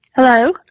Hello